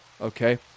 Okay